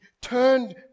turned